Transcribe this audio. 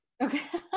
Okay